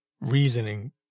reasoning